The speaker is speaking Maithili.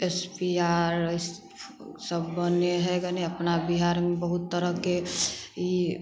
एस पी आर सब बनै हइ अपना बिहारमे बहुत तरहके ई